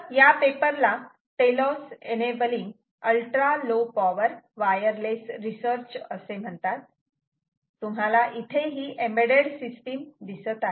तर या पेपरला Telos enabling ultra low power wireless research असे म्हणतात तुम्हाला इथे ही एम्बेडेड सिस्टीम दिसत आहे